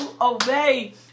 obey